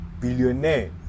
billionaire